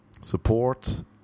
Support